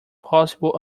possible